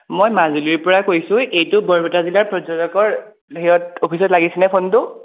মই মাজুলীৰপৰা কৈছোঁ এইটো বৰপেটা জিলাৰ পৰ্যটকৰ হেৰিয়ত অফিচত লাগিছেনে ফোনটো